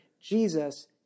Jesus